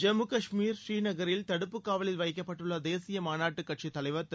ஜம்மு கஷ்மீர் ஸ்ரீநகரில் தடுப்புக் காவலில் வைக்கப்பட்டுள்ள தேசிய மாநாட்டுக் கட்சித் தலைவர் திரு